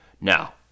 Now